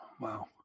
Wow